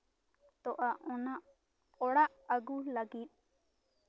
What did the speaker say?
ᱛᱚᱜᱼᱟ ᱚᱱᱟ ᱚᱲᱟᱜ ᱟᱹᱜᱩ ᱞᱟᱹᱜᱤᱫ